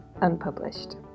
Unpublished